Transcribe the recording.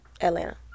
Atlanta